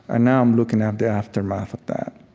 and now i'm looking at the aftermath of that,